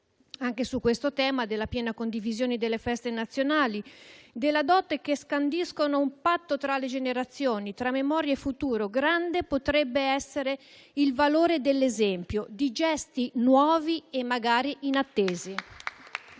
Anche su questo tema della piena condivisione delle feste nazionali, delle date che scandiscono un patto tra le generazioni, tra memoria e futuro, grande potrebbe essere il valore dell'esempio, di gesti nuovi e magari inattesi.